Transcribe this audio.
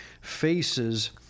faces